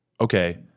okay